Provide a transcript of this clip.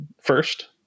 first